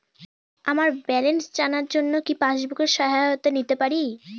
আমার ব্যালেন্স জানার জন্য কি পাসবুকের সহায়তা নিতে পারি?